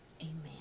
amen